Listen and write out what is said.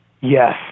Yes